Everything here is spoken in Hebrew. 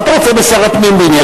מה אתה רוצה משר הפנים בעניין?